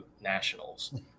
nationals